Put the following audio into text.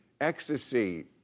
ecstasy